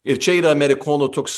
ir čia yra amerikonų toks